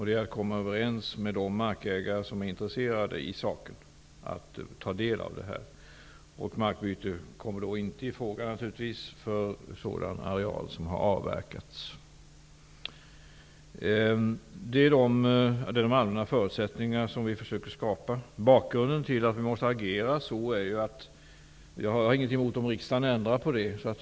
Det är att komma överens med de markägare som är intresserade att ta del i detta. Markbyte kommer givetvis inte i fråga för sådan areal som har avverkats. Detta är de allmänna förutsättningar som vi försöker skapa. Bakgrunden till att vi måste agera på detta sätt är att det ligger på Naturvårdsverket att hantera dessa frågor.